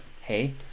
Hey